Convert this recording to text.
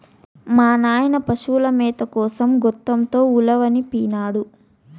మా నాయన పశుల మేత కోసం గోతంతో ఉలవనిపినాడు